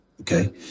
okay